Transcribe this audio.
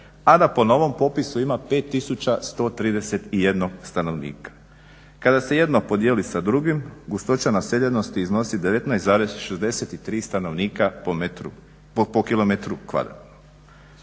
a da po novom popisu ima 5131 stanovnika. Kada se jedno podijeli sa drugim gustoća naseljenosti iznosi 19,63 stanovnika po metru, po km².